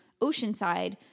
Oceanside –